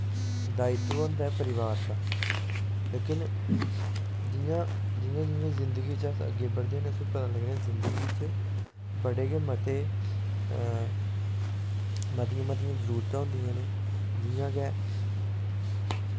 दायित्व होंदा परिवार दा लेकिन जियां जियां जिंदगी च अस अग्गें बधदे न ते जिंदगी बिच बड़े गै मते मतियां मतियां जरूरतां होंदियां न जियां कि